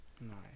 Nice